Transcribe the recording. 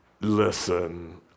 listen